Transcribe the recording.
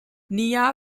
nea